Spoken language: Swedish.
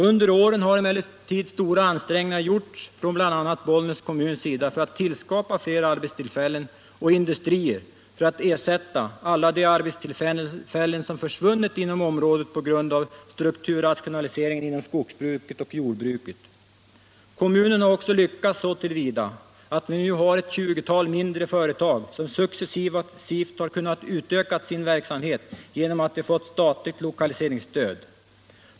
Under åren har emellertid stora ansträngningar gjorts, bl.a. från Bollnäs kommuns sida, för att tillskapa fler arbetstillfällen och industrier, för att ersätta alla de arbetstillfällen inom området som försvunnit på grund av strukturrationaliseringen inom skogsbruket och jordbruket. Kommunen har också lyckats så till vida att vi nu har ett 20-tal mindre företag som successivt har kunnat utöka sin verksamhet genom att de fått statligt lokaliseringsstöd.